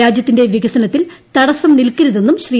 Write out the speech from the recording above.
രാജ്യത്തിന്റെ വികസനത്തിൽ തടസ്സം നിൽക്കരുതെന്നും ശ്രീ